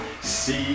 see